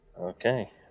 Okay